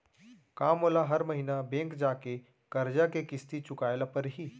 का मोला हर महीना बैंक जाके करजा के किस्ती चुकाए ल परहि?